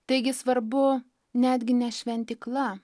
taigi svarbu netgi ne šventykla